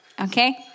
okay